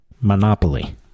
monopoly